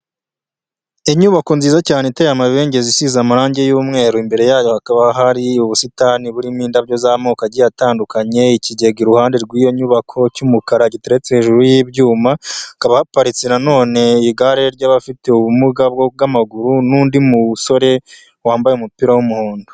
Inyubako nziza cyane iteye amabengeza isize amarangi y'umweru, imbere yayo hakaba hari ubusitani burimo indabyo z'amoko agiye atandukanye, ikigega iruhande rw'iyo nyubako cy'umukara giteretse hejuru y'ibyuma, hakaba haparitse na none igare ry'abafite ubumuga bw'amaguru, n'undi musore wambaye umupira w'umuhondo.